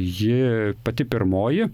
ji pati pirmoji